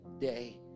day